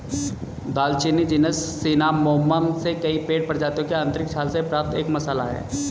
दालचीनी genus Cinnamomum से कई पेड़ प्रजातियों की आंतरिक छाल से प्राप्त एक मसाला है